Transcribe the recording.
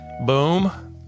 boom